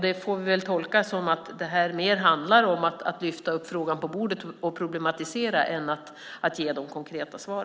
Det får vi väl tolka som att det handlar mer om att lyfta upp frågan på bordet och problematisera än om att ge konkreta svar.